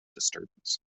disturbance